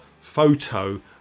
photo